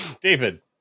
David